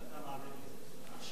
עכשיו?